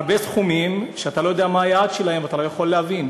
הרבה סכומים שאתה לא יודע מה היעד שלהם ואתה לא יכול להבין.